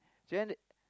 she want to